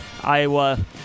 Iowa